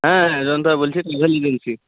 হ্যাঁ জয়ন্তদা বলছি লিগাল এজেন্সি